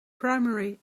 primary